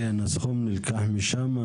כן, הסכום נלקח משם.